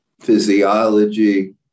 physiology